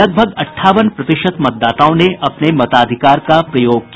लगभग अंठावन प्रतिशत मतदाताओं ने अपने मताधिकार का प्रयोग किया